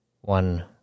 one